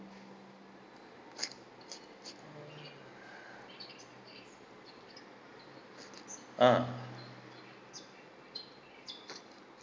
ah